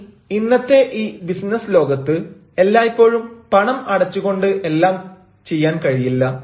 ഇനി ഇന്നത്തെ ഈ ബിസിനസ് ലോകത്ത് എല്ലായ്പ്പോഴും പണം അടച്ചു കൊണ്ട് എല്ലാം ചെയ്യാൻ കഴിയില്ല